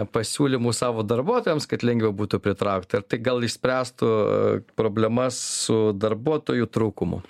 pasiūlymų savo darbuotojams kad lengviau būtų pritraukti ir tai gal išspręstų problemas su darbuotojų trūkumu